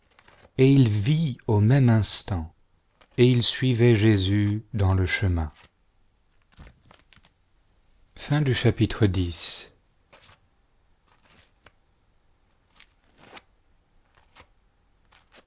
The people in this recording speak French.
et il vit au même instant et il suivait jésus dans le chemin